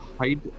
hide